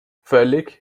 völlig